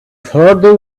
heard